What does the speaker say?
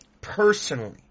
personally